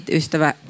ystävä